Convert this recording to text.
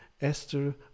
Esther